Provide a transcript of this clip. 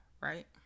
right